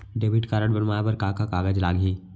Debit card बनवाये बर का का कागज लागही?